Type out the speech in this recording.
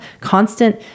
Constant